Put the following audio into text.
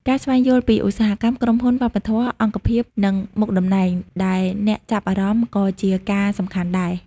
ការស្វែងយល់ពីឧស្សាហកម្ម ក្រុមហ៊ុន វប្បធម៌ អង្គភាព និងមុខតំណែងដែលអ្នកចាប់អារម្មណ៍ក៏ជាការសំខាន់ដែរ។